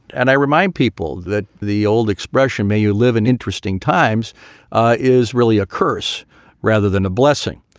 and i remind people that the old expression, may you live in interesting times is really a curse rather than a blessing.